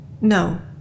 No